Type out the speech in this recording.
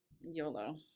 YOLO